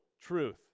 truth